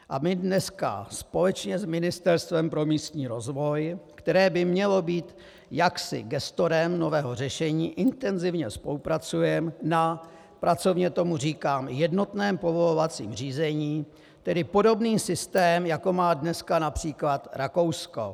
A my dneska společně s Ministerstvem pro místní rozvoj, které by mělo být jaksi gestorem nového řešení, intenzivně spolupracujeme na pracovně tomu říkám jednotném povolovacím řízení, tedy podobný systém, jako má dneska třeba Rakousko.